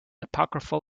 apocryphal